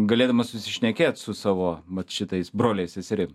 galėdamas susišnekėt su savo vat šitais broliais seserim